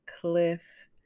cliff